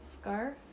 scarf